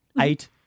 eight